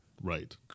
Right